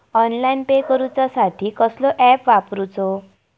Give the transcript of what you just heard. Online pay करूचा साठी कसलो ऍप वापरूचो?